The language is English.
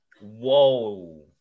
Whoa